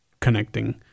connecting